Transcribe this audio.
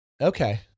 Okay